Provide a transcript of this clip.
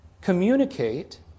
Communicate